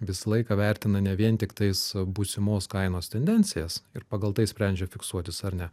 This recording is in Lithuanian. visą laiką vertina ne vien tiktais būsimos kainos tendencijas ir pagal tai sprendžia fiksuotis ar ne